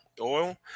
oil